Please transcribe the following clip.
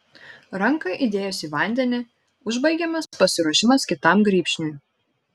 ranką įdėjus į vandenį užbaigiamas pasiruošimas kitam grybšniui